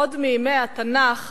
עוד מימי התנ"ך